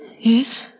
Yes